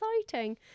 exciting